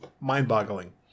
mind-boggling